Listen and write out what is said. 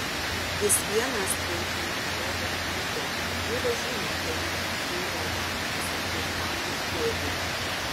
jis vieną spėjimą krovė ant kito dievas žino keli jų kilo jam esant girtam lyg pėdui